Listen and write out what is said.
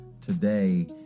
today